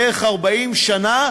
בערך 40 שנה,